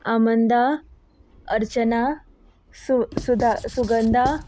आमंदा अर्चना सु सुदा सुगंधा